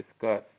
discuss